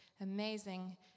amazing